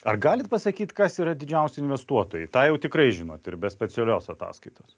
ar galit pasakyt kas yra didžiausi investuotojai tą jau tikrai žinot ir be specialios ataskaitos